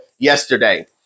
Yesterday